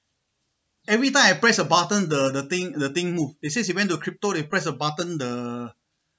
every time I press the button the the thing the thing move they said they went to crypto they press a button the